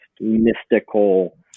mystical